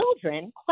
children